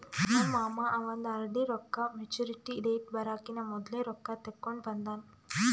ನಮ್ ಮಾಮಾ ಅವಂದ್ ಆರ್.ಡಿ ರೊಕ್ಕಾ ಮ್ಯಚುರಿಟಿ ಡೇಟ್ ಬರಕಿನಾ ಮೊದ್ಲೆ ರೊಕ್ಕಾ ತೆಕ್ಕೊಂಡ್ ಬಂದಾನ್